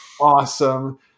awesome